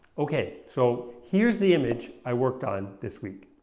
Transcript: okay so here's the image i worked on this week.